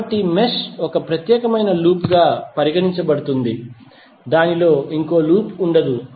కాబట్టి మెష్ ఒక ప్రత్యేకమైన లూప్గా పరిగణించబడుతుంది దానిలో ఇంకో లూప్ ఉండదు